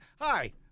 Hi